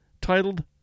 titled